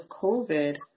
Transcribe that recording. COVID